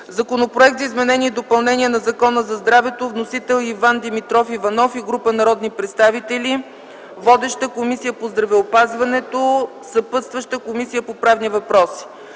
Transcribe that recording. Законопроект за изменение и допълнение на Закона за здравето. Вносители – Иван Димитров Иванов и група народни представители. Водеща е Комисията по здравеопазването. Съпътстваща е Комисията по правни въпроси.